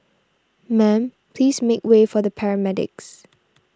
ma'am please make way for the paramedics